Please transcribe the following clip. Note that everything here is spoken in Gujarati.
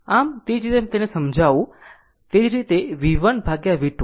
તો તે જ રીતે તેને સમજાવુ તે જ રીતે V1V2